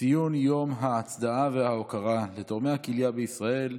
ציון יום ההצדעה וההוקרה לתורמי הכליה בישראל,